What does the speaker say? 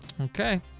Okay